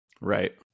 Right